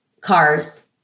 cars